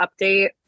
update